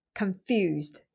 confused